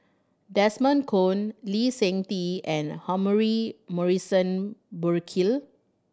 Desmond Kon Lee Seng Tee and Humphrey Morrison Burkill